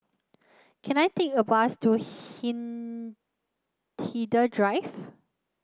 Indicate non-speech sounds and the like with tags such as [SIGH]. can I take a bus to [UNINTELLIGIBLE] Hindhede Drive